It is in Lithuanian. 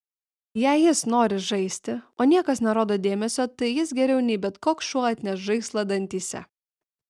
jei jis nori žaisti o niekas nerodo dėmesio tai jis geriau nei bet koks šuo atneš žaislą dantyse